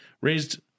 raised